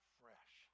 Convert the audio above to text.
fresh